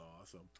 awesome